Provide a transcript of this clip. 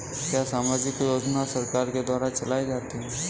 क्या सामाजिक योजना सरकार के द्वारा चलाई जाती है?